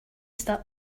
start